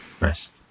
Nice